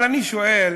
אבל אני שואל: